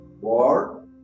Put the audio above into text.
War